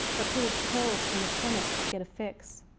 or pillage pills from the clinic to get a fix.